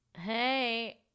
Hey